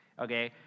Okay